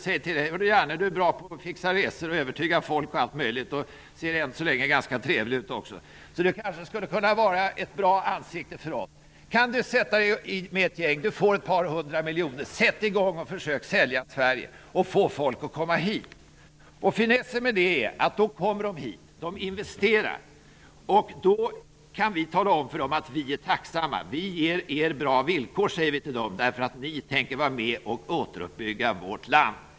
Säg till honom: Hördu Janne, du är bra på att fixa resor, på att övertyga folk och allt möjligt, och du ser än så länge ganska trevlig ut också, så du kanske skulle kunna vara ett bra ansikte för oss. Du får ett par hundra miljoner. Sätt dig med ett gäng och försök sälja Sverige och få folk att komma hit! Finessen med det är att då kommer de hit och de investerar, och då kan vi tala om för dem att vi är tacksamma. Vi ger er bra villkor, säger vi till dem, därför att ni tänker vara med och återuppbygga vårt land.